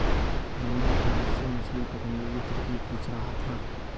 रंजित मुझसे मछली पकड़ने की तरकीब पूछ रहा था